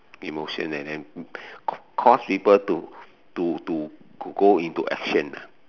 emotion and then cause cause to to to go into action